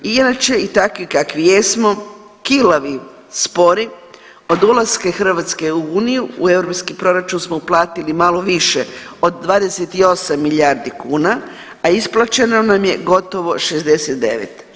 Inače i takvi kavi jesmo kilavi, spori od ulaska Hrvatske u uniju u europski proračun smo uplatiti malo više od 28 milijardi kuna, a isplaćeno nam je gotovo 69.